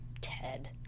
Ted